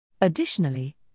Additionally